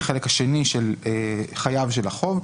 החלק השני של חייב של החוב,